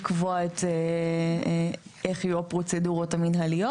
לקבוע את איך יהיו הפרוצדורות המנהליות.